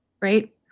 right